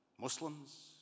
Muslims